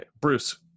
bruce